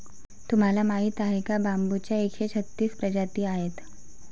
तुम्हाला माहीत आहे का बांबूच्या एकशे छत्तीस प्रजाती आहेत